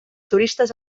turistes